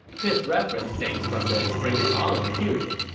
his reference dates from the spring and autumn period.